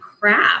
crap